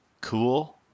cool